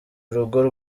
urugo